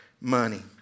money